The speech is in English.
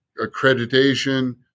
accreditation